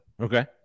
Okay